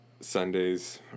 Sundays